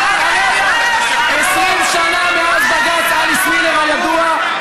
והראיה: 20 שנה מאז בג"ץ אליס מילר הידוע,